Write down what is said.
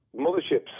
motherships